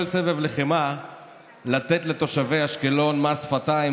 סבב לחימה ניתן לתושבי אשקלון מס שפתיים,